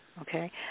okay